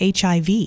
HIV